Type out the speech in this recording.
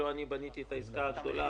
לא אני בניתי את העסקה הגדולה,